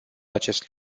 acest